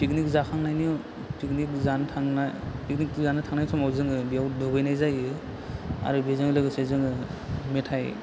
picnic जाखांनायनि picnic जानो थांनाय फिकनिक जानो थांनाय समाव जोङो बेयाव दुगैनाय जायो आरो बेजों लोगोसे जोङो मेथाय